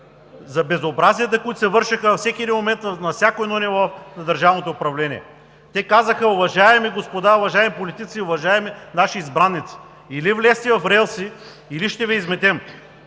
за безобразията, които се вършеха във всеки един момент на всяко едно ниво на държавното управление. Те казаха: „Уважаеми господа, уважаеми политици, уважаеми наши избраници, или влезте в релси, или ще Ви изметем.